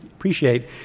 Appreciate